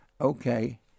okay